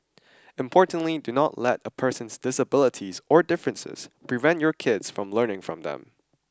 importantly do not let a person's disabilities or differences prevent your kids from learning from them